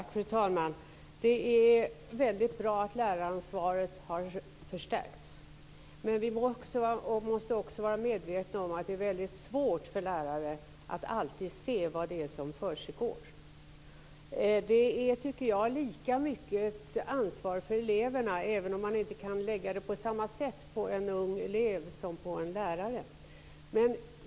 Fru talman! Det är väldigt bra att läraransvaret har förstärkts. Men vi måste också vara medvetna om att det är väldigt svårt för lärare att alltid se vad det är som försiggår. Det är, tycker jag, lika mycket ett ansvar för eleverna, även om man inte kan lägga det på en ung elev på samma sätt som på en lärare.